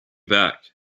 back